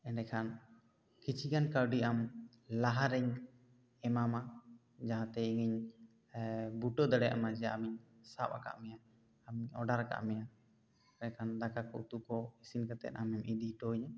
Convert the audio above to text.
ᱮᱸᱰᱮᱠᱷᱟᱱ ᱠᱤᱪᱷᱤ ᱜᱟᱱ ᱠᱟᱹᱣᱰᱤ ᱟᱢ ᱞᱟᱦᱟ ᱨᱮᱧ ᱮᱢᱟᱢᱟ ᱡᱟᱦᱟᱸ ᱛᱮ ᱤᱧᱤᱧ ᱵᱩᱴᱟᱹ ᱫᱟᱲᱮᱭᱟᱜ ᱢᱟ ᱡᱮ ᱟᱢᱤᱧ ᱥᱟᱵ ᱟᱠᱟᱫ ᱢᱮᱭᱟ ᱳᱰᱟᱨ ᱟᱠᱟᱫ ᱢᱮᱭᱟ ᱮᱱᱠᱷᱟᱱ ᱫᱟᱠᱟ ᱠᱚ ᱩᱛᱩ ᱠᱚ ᱤᱥᱤᱱ ᱠᱟᱛᱮ ᱟᱢᱮᱢ ᱤᱫᱤ ᱦᱚᱴᱚᱣᱟ ᱧ